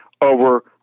over